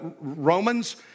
Romans